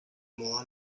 more